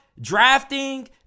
drafting